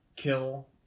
kill